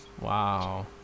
Wow